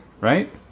right